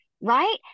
Right